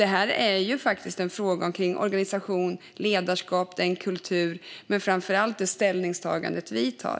Det här är faktiskt en fråga om organisation, ledarskap och kultur men framför allt om vårt ställningstagande vi gör.